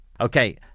Okay